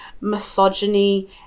misogyny